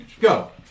Go